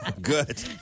good